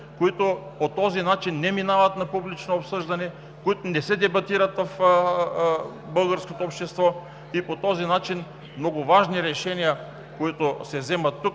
По този начин те не минават на публично обсъждане, не се дебатират в българското общество и така много важни решения, които се вземат тук,